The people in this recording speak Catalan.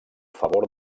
favor